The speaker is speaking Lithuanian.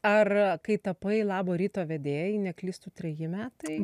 ar kai tapai labo ryto vedėja jei neklystu treji metai